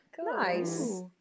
Nice